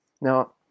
Now